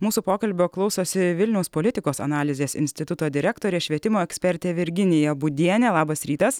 mūsų pokalbio klausosi vilniaus politikos analizės instituto direktorė švietimo ekspertė virginija būdienė labas rytas